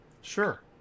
sure